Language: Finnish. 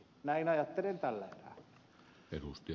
näin ajattelen tällä erää